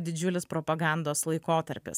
didžiulis propagandos laikotarpis